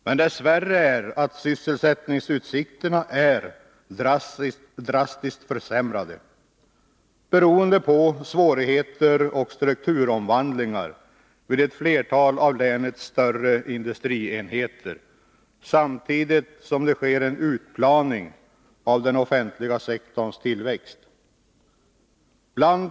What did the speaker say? Men dess värre är sysselsättningsutsikterna drastiskt försämrade, beroende på svårigheter och strukturomvandlingar vid ett flertal av länets större industrienheter samtidigt som det sker en utplaning av den offentliga sektorns tillväxt.